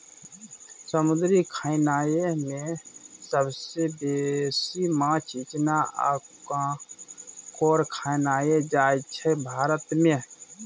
समुद्री खेनाए मे सबसँ बेसी माछ, इचना आ काँकोर खाएल जाइ छै भारत मे